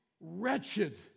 wretched